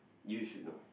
you should know